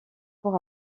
pour